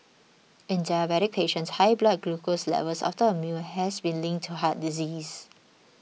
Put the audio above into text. in diabetic patients high blood glucose levels after a meal has been linked to heart disease